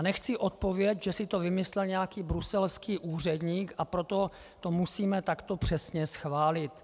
Nechci odpověď, že si to vymyslel nějaký bruselský úředník, a proto to musíme takto přesně schválit.